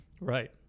Right